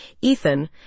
Ethan